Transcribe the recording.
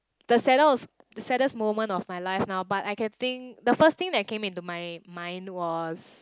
the saddest the saddest moment of my life now but I can think the first thing that came into my mind was